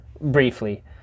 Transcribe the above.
briefly